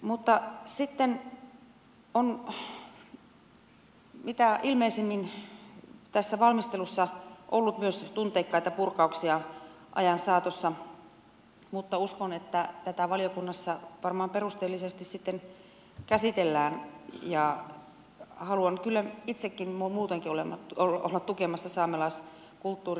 sitten on mitä ilmeisimmin tässä valmistelussa ollut myös tunteikkaita purkauksia ajan saatossa mutta uskon että tätä valiokunnassa varmaan perusteellisesti sitten käsitellään ja haluan kyllä itsekin muutoinkin olla tukemassa saamelaiskulttuuria